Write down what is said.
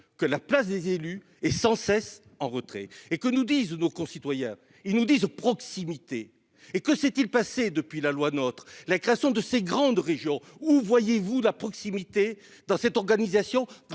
que la place des élus et sans cesse en retrait et que nous disent nos concitoyens, ils nous disent proximité et que s'est-il passé depuis la loi nôtre la création de ces grandes régions où voyez-vous la proximité dans cette organisation